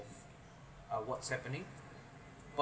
uh what's happening